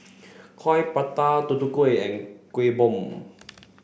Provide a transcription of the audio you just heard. coin prata Tutu Kueh and Kuih Bom